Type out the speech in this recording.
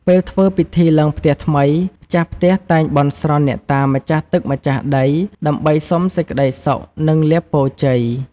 ពេលធ្វើពិធីឡើងផ្ទះថ្មី ម្ចាស់ផ្ទះតែងបន់ស្រន់អ្នកតាម្ចាស់ទឹកម្ចាស់ដី ដើម្បីសុំសេចក្ដីសុខនិងលាភពរជ័យ។